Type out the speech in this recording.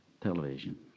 television